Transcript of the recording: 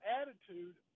attitude